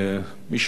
מי ששמע,